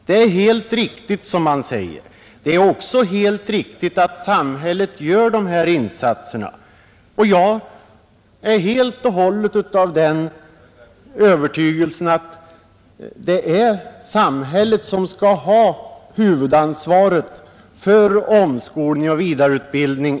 Det är alldeles riktigt att samhället gör dessa insatser, och jag är helt av den uppfattningen att samhället även i framtiden skall ha huvudansvaret för omskolning och vidareutbildning.